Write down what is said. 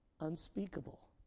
unspeakable